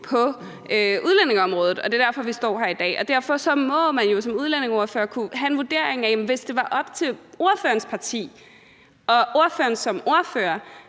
på udlændingeområdet. Det er derfor, vi står her i dag, og derfor må man jo som udlændingeordfører kunne have en vurdering af det. Hvis det var op til ordførerens parti og ordføreren,